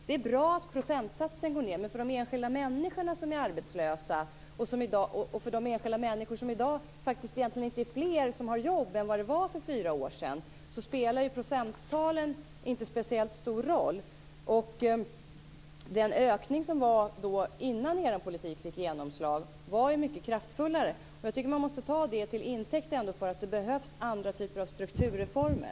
Det är bra att procentsatsen går ned, men för de enskilda människor som är arbetslösa - det är i dag egentligen inte fler som har jobb än för fyra år sedan - spelar procenttalet inte speciellt stor roll. Den ökning som kom innan er politik fick genomslag var mycket kraftfullare. Jag tycker att man måste ta det till intäkt för att det behövs andra typer av strukturreformer.